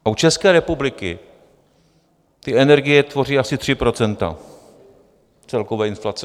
U České republiky energie tvoří asi 3 % celkové inflace.